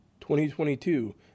2022